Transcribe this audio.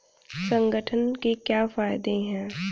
संगठन के क्या फायदें हैं?